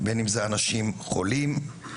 אנשים חולים,